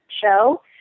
show